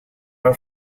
are